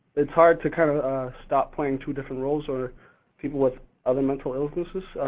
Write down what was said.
it's hard to kind of stop playing two different roles or people with other mental illnesses,